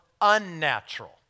unnatural